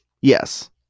Yes